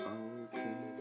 okay